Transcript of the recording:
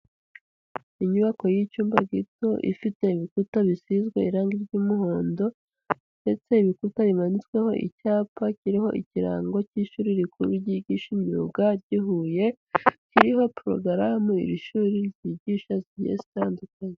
Inyubako y'icyumba gito ifite ibikuta bisizwe irangi ry'umuhondo ndetse ibikuta bimanitsweho icyapa kiriho ikirango cy'ishuri rikuru ryigisha imyuga ry'i Huye, kiriho porogaramu iri shuri ryigisha zigiye zitandukanye.